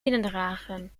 binnendragen